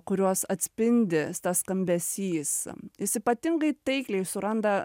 kuriuos atspindi tas skambesys jis ypatingai taikliai suranda